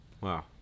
Wow